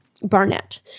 Barnett